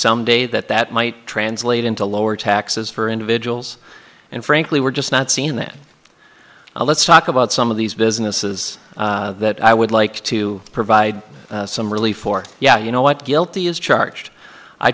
someday that that might translate into lower taxes for individuals and frankly we're just not seen that let's talk about some of these businesses that i would like to provide some relief for yeah you know what guilty as charged i